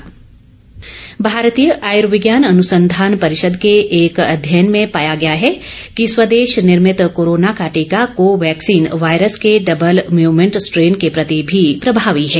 strain भारतीय आयुर्विज्ञान अनुसंधान परिषद के एक अध्ययन में पाया गया है कि स्वदेश निर्मित कोरोना का टीका कोवैक्सीन वायरस के डबल म्यूटेंट स्ट्रेन के प्रति भी प्रभावी है